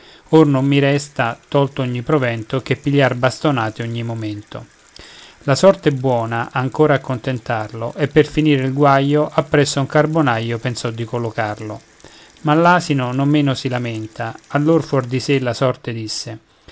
or non mi resta tolto ogni provento che pigliar bastonate ogni momento la sorte buona ancora a contentarlo e per finire il guaio appresso a un carbonaio pensò di collocarlo ma l'asino non meno si lamenta allor fuori di sé la sorte disse